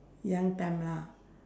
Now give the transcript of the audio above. young time lah